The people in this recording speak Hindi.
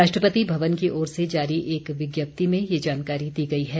राष्ट्रपति भवन की ओर से जारी एक विज्ञप्ति में ये जानकारी दी गई है